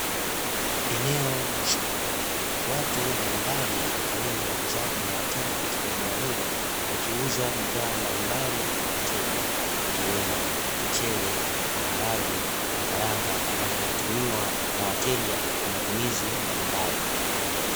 Eneo la soko, watu mbalimbali wakiwemo wauzaji na wateja katika eneo hilo wakiuza bidhaa mbalimbali kwa wateja ikiwemo mchele, maharage na karanga ambazo hutumiwa na wateja kwa matumizi mbalimbali.